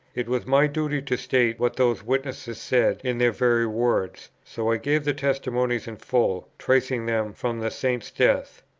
it was my duty to state what those witnesses said in their very words so i gave the testimonies in full, tracing them from the saint's death.